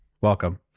Welcome